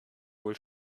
wohl